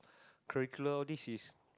curriculum all these is